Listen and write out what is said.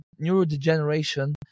neurodegeneration